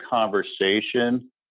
conversation